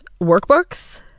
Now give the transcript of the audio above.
workbooks